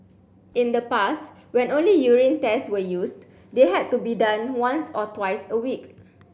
in the past when only urine tests were used they had to be done once or twice a week